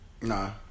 Nah